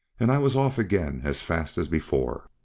and i was off again as fast as before.